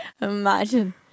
Imagine